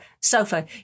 sofa